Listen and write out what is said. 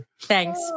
Thanks